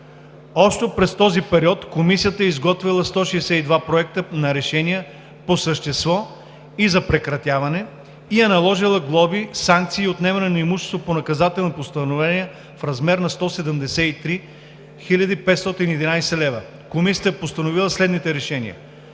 Общо през този период Комисията е изготвила 162 проекта на решения по същество и за прекратяване, и е наложила глоби, санкции и отнемане на имущество по наказателни постановления в размер на 173 511 лв. Комисията е постановила следните решения: